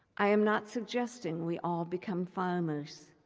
i am not suggesting we all become farmers.